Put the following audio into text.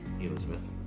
Elizabeth